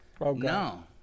No